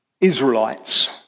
Israelites